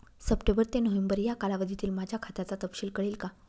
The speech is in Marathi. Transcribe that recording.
सप्टेंबर ते नोव्हेंबर या कालावधीतील माझ्या खात्याचा तपशील कळेल का?